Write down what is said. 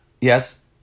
Yes